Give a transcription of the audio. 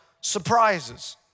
surprises